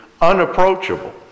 unapproachable